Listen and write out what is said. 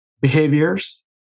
behaviors